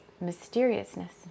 mysteriousness